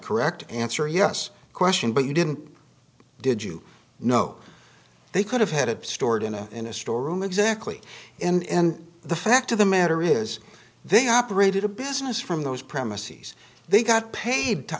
correct answer yes question but you didn't did you know they could have had it stored in a in a store room exactly and the fact of the matter is they operated a business from those premises they got paid to